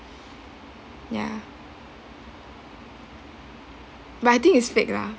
ya but I think it's fake lah